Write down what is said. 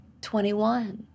21